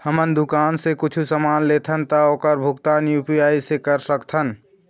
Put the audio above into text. हमन दुकान से कुछू समान लेथन ता ओकर भुगतान यू.पी.आई से कर सकथन?